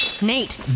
Nate